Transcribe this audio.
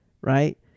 right